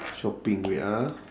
shopping wait ah